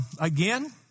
again